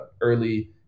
early